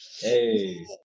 Hey